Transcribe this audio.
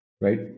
right